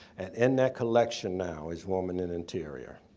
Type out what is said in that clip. and in that collection now is woman in interior,